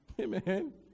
Amen